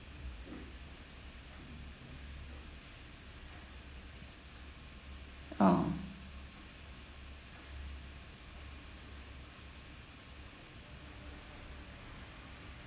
oh